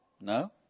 No